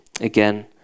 again